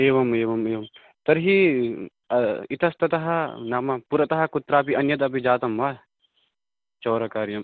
एवम् एवम् एवं तर्हि इतस्ततः नाम पुरतः कुत्रापि अन्यद् अपि जातं वा चौरकार्यम्